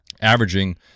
averaging